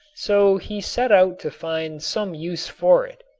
so he set out to find some use for it.